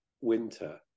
winter